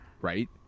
right